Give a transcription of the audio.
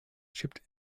chipped